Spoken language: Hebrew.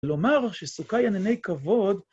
‫לומר שסוכה היא ענני כבוד.